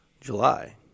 July